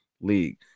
league